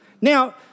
Now